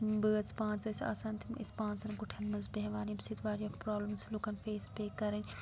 بٲژ پانٛژھ ٲسۍ آسان تِم ٲسۍ پانٛژَن کُٹھٮ۪ن منٛز بیٚہوان ییٚمہِ سۭتۍ واریاہ پرٛابلِمٕز لُکَن فیس پے کَرٕنۍ